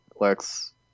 Lex